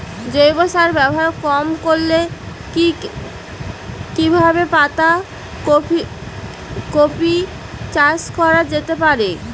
জৈব সার ব্যবহার কম করে কি কিভাবে পাতা কপি চাষ করা যেতে পারে?